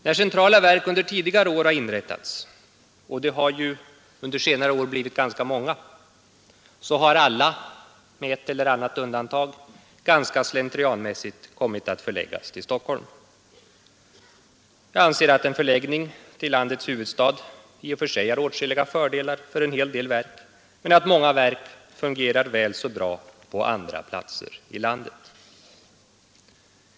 När centrala verk under tidigare år har inrättats — och det har ju under senare decennier blivit ganska många — så har alla med ett eller annat undantag ganska slentrianmässigt kommit att förläggas till Stockholm. Jag anser att en förläggning till landets huvudstad i och för sig har åtskilliga fördelar för en hel del verk men att många verk fungerar väl så bra på andra platser i landet.